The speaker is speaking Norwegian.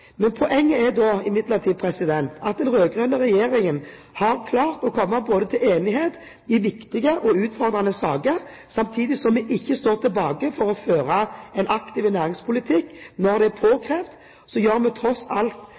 Poenget er imidlertid at den rød-grønne regjeringen har klart å komme til enighet i viktige og utfordrende saker, samtidig som vi ikke står tilbake for å føre en aktiv næringspolitikk når det er påkrevd, slik at vi tross alt